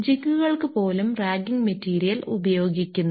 ജിഗ്ഗുകൾക്ക് പോലും ragging material ഉപയോഗിക്കുന്നു